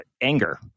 anger